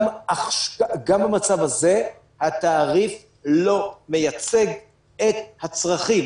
גם במצב הזה התעריף לא מייצג את הצרכים.